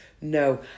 No